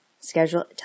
schedule